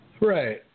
Right